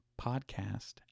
podcast